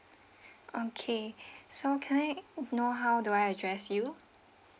okay so can I know how do I address you